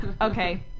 Okay